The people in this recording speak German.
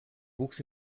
wuchs